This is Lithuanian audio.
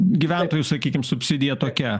gyventojų sakykime subsidija tokia